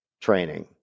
training